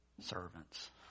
Servants